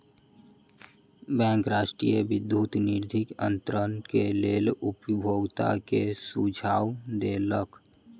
bank राष्ट्रीय विद्युत निधि अन्तरण के लेल उपभोगता के सुझाव देलक